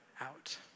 out